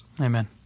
Amen